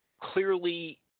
clearly